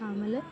ಆಮೇಲೆ